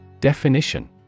Definition